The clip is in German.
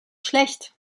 schlecht